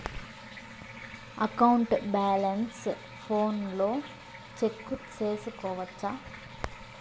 account balance ఫోనులో check సేసుకోవచ్చా